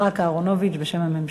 יצחק אהרונוביץ, בשם הממשלה.